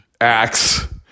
acts